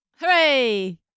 Hooray